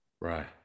right